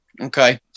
Okay